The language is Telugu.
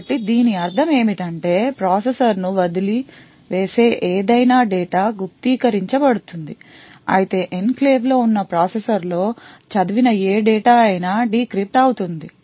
కాబట్టి దీని అర్థం ఏమిటంటే ప్రాసెసర్ను వదిలి వేసే ఏదైనా డేటా గుప్తీకరించబడుతుంది అయితే ఎన్క్లేవ్లో ఉన్న ప్రాసెసర్లో చదివిన ఏ డేటా అయినా డీక్రిప్ట్ అవుతుంది